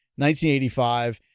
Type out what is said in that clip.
1985